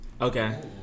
Okay